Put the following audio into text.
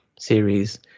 Series